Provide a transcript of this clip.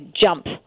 jump